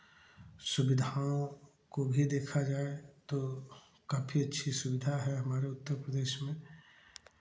सुविधाओं को भी देखा जाए तो काफी अच्छी सुविधा है हमारे उत्तर प्रदेश में